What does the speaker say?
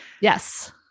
Yes